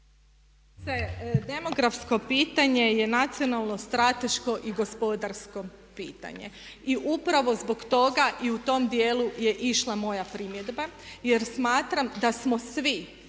(HDZ)** Demografsko pitanje je nacionalno, strateško i gospodarsko pitanje. I upravo zbog toga i u tom dijelu je išla moja primjedba, jer smatram da smo svi,